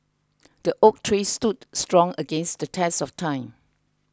the oak tree stood strong against the test of time